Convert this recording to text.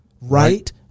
right